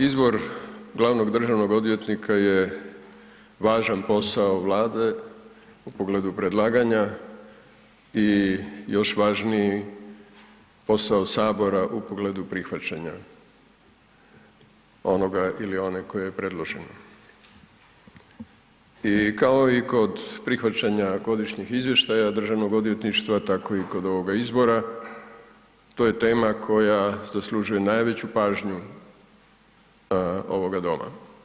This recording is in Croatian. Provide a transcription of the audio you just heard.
Izbor glavnog državnog odvjetnika je važan posao Vlade u pogledu predlaganja i još važniji posao Sabora u pogledu prihvaćanja onoga ili one koji je predložen i kao i kod prihvaćanja godišnjih izvještaja DORH-a, tako i kod ovoga izbora, to je tema koja zaslužuje najveću pažnju ovoga Doma.